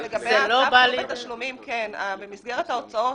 במסגרת ההוצאות,